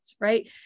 right